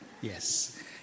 Yes